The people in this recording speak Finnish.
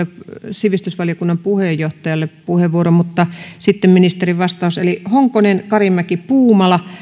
sivistysvaliokunnan puheenjohtajalle puheenvuoron ja sitten ministerin vastaus eli honkonen karimäki puumala